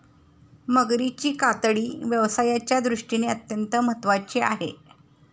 मगरीची कातडी व्यवसायाच्या दृष्टीने अत्यंत महत्त्वाची आहे